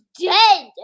dead